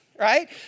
right